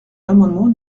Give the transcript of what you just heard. l’amendement